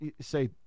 say